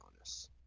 honest